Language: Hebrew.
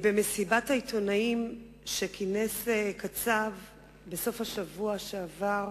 בסוף השבוע שעבר